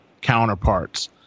counterparts